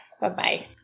bye-bye